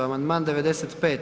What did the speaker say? Amandman 95.